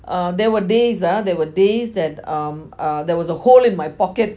but uh there were days ah there were days that um uh there was a hole in my pocket